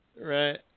right